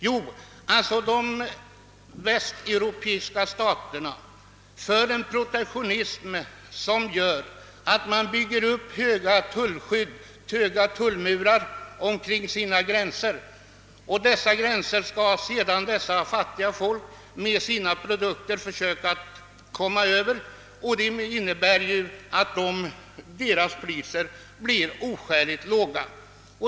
Jo, de västeuropeiska staterna för en protektionistisk politik och bygger upp höga tullmurar omkring sina gränser. Dessa murar skall sedan de fattiga folken försöka komma över med sina produkter. Det medför att de priser de får ut blir oskäligt låga.